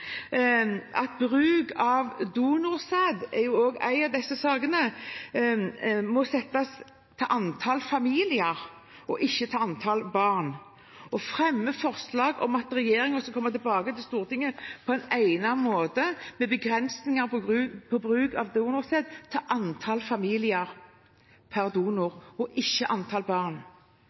ved bruk av donorsæd – det er også en av disse sakene – må settes til antall familier og ikke til antall barn, og fremmer forslag om at regjeringen skal komme tilbake til Stortinget på egnet måte for å sette begrensninger for bruk av donorsæd til antall familier per donor og ikke antall barn